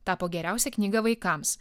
tapo geriausia knyga vaikams